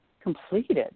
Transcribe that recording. completed